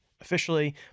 officially